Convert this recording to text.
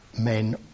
men